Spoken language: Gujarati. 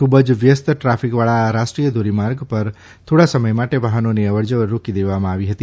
ખૂબ જ બસ્ત ટ્રાફિકવાળા આ રાષ્ટ્રીય ધોરીમાર્ગો પર થોડા સમય માટે વાહનોની અવરજવર રોકી દેવામાં આવ્યો હતો